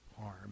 harm